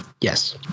Yes